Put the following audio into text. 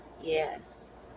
Yes